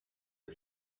une